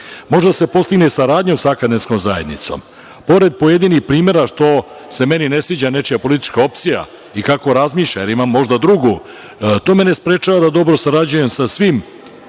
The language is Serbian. da se postigne saradnjom sa akademskom zajednicom. Pored pojedinih primera, što se meni ne sviđa nečija politička opcija i kako razmišlja, jer imam možda drugu, to me ne sprečava da dobro sarađujem sa svim